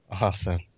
Awesome